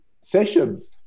sessions